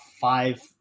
five